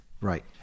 Right